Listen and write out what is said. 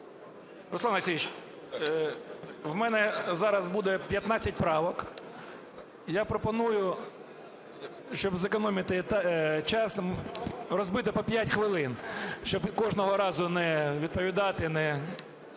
Руслан Алексеевич, в мене зараз буде 15 правок. Я пропоную, щоб зекономити час, розбити по 5 хвилин, щоб кожного разу не відповідати, не…